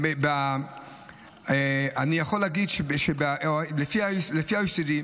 אני יכול להגיד שלפי ה-OECD,